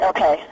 Okay